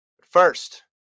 First